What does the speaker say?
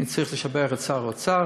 אני צריך לשבח את שר האוצר.